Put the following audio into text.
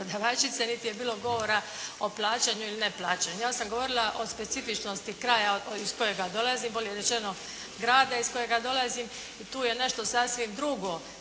niti je bilo govora o plaćanju ili neplaćanju. Ja sam govorila o specifičnosti kraja iz kojega dolazim, bolje rečeno grada iz kojega dolazim. I tu je nešto sasvim drugo.